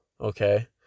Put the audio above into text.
okay